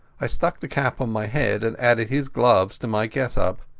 i stuck the cap on my head, and added his gloves to my get-up.